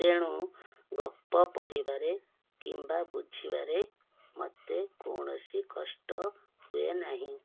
ତେଣୁ ଗପ ପଢ଼ିବାରେ କିମ୍ବା ବୁଝିବାରେ ମତେ କୌଣସି କଷ୍ଟ ହୁଏ ନାହିଁ